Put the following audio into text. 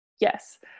yes